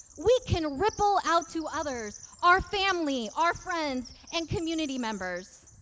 we can ripple out to others our family, our friends, and community members.